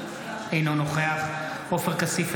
אינו נוכח עופר כסיף,